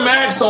Max